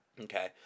Okay